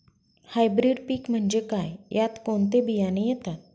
Hybrid पीक म्हणजे काय? यात कोणते बियाणे येतात?